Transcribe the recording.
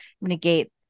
negate